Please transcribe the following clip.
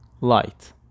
light